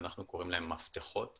שאנחנו קוראים להם: מפתחות.